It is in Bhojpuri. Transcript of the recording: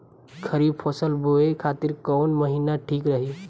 खरिफ फसल बोए खातिर कवन महीना ठीक रही?